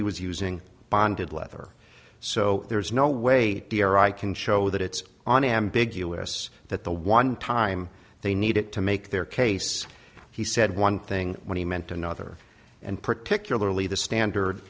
he was using bonded leather so there's no way i can show that it's on ambiguous that the one time they need it to make their case he said one thing when he meant another and particularly the standard